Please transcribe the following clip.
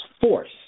force